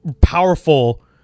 powerful